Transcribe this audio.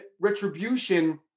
retribution